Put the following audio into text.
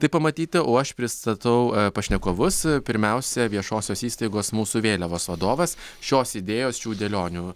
tai pamatyti o aš pristatau pašnekovus pirmiausia viešosios įstaigos mūsų vėliavos vadovas šios idėjos šių dėlionių